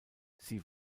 sie